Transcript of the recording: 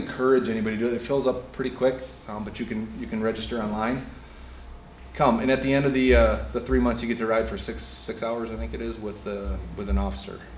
encourage anybody do the fills up pretty quick but you can you can register online coming at the end of the three months you get to ride for six six hours i think it is with the with an officer